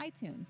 itunes